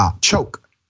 choke